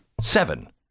Seven